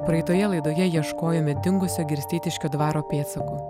praeitoje laidoje ieškojome dingusio girsteitiškio dvaro pėdsakų